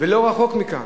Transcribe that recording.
ולא רחוק מכאן,